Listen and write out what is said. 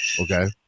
okay